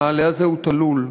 המעלה הזה הוא תלול,